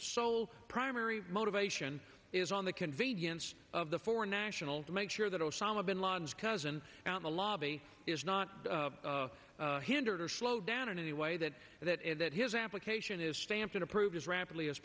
sole primary motivation is on the convenience of the foreign nationals to make sure that osama bin laden's cousin out the lobby is not hindered or slowed down in any way that that that his application is stamped approved as rapidly as